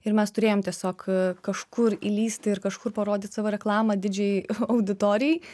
ir mes turėjom tiesiog kažkur įlįsti ir kažkur parodyt savo reklamą didžiajai auditorijai